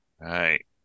right